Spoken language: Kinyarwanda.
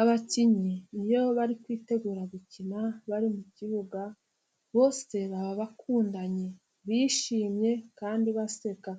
Abakinnyi iyo bari kwitegura gukina, bari mu kibuga, bose baba bakundanye, bishimye, kandi baseka,